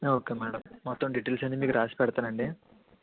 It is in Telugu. ఓకే మేడం మొత్తం డీటెయిల్స్ అన్ని మీకు రాసి పెడతానండి